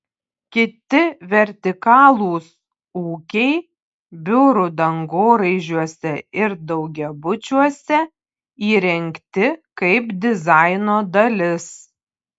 kiti vertikalūs ūkiai biurų dangoraižiuose ir daugiabučiuose įrengti kaip dizaino dalis